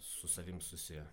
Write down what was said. su savim susi